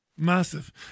Massive